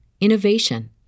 innovation